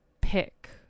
pick